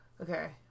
Okay